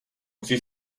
musí